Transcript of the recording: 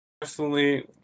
Personally